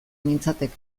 nintzateke